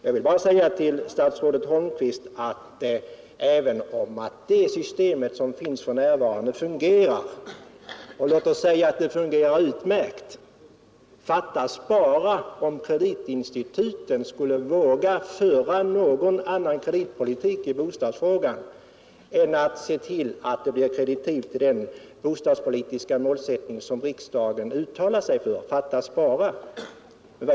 Jag vill bara till statsrådet Holmqvist säga, att även om det system som finns för närvarande fungerar — och kanske fungerar utmärkt — så skulle det bara fattas om kreditinstituten vågade föra någon annan kreditpolitik i bostadsfrågan än att ge kreditiv till den bostadspolitiska målsättning som riksdagen uttalat sig för.